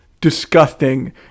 disgusting